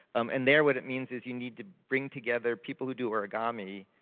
um and there, what it means, is you need to bring together people who do origami,